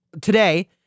today